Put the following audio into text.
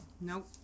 Nope